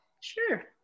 sure